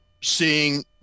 seeing